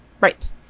Right